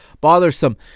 bothersome